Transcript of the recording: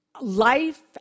life